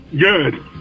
Good